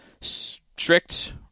strict